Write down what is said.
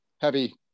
heavy